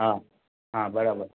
હં હા બરાબર